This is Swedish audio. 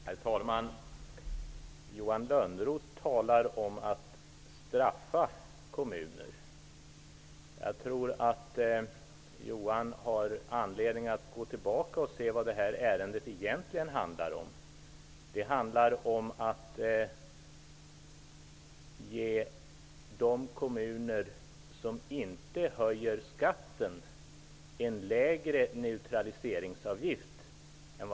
Herr talman! Johan Lönnroth talar om att straffa kommuner. Jag tror att han har anledning att gå tillbaka och se vad detta ärende egentligen handlar om. Det handlar om att ge de kommuner som inte höjer skatten en lägre neutraliseringsavgift.